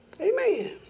Amen